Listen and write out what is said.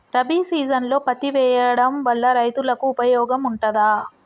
రబీ సీజన్లో పత్తి వేయడం వల్ల రైతులకు ఉపయోగం ఉంటదా?